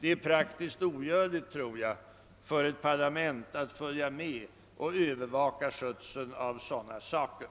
Jag tror att det är praktiskt taget omöjligt för ett parlament att följa med i och övervaka skötseln av sådana saker.